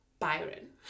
Byron